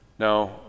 Now